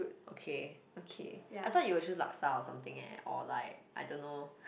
okay okay I thought you will choose laksa or something eh or like I don't know